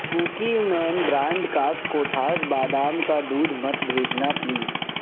cookie مین brand کا کوٹھاز بادام کا دودھ مت بھیجنا پلیز